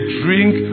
drink